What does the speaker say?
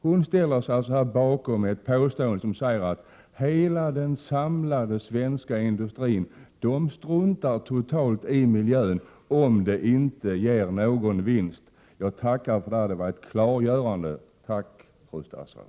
Birgitta Dahl ställer sig bakom påståendet att den samlade svenska industrin totalt struntar i miljön, om det inte ger någon vinst. Det var ett klart besked. Tack, fru statsråd!